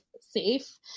safe